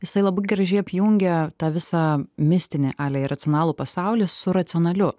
jisai labai gražiai apjungia tą visą mistinę iracionalų pasaulį su racionaliu